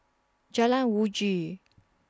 Jalan Uji